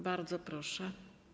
Bardzo proszę.